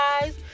guys